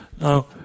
Now